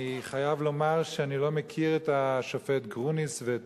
אני חייב לומר שאני לא מכיר את השופט גרוניס ואת